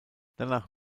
danach